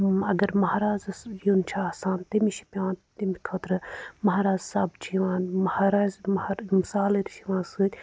اَگَر مَہرازَس یُن چھِ آسان تٔمِس چھِ پٮ۪وان تَمہِ خٲطرٕ مہراز سَب چھِ یِوان مہراز مَہَر یِم سالَر چھِ یِوان سۭتۍ